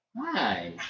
Hi